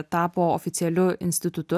tapo oficialiu institutu